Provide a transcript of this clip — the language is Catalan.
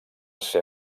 ser